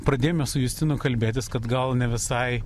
pradėjome su justinu kalbėtis kad gal ne visai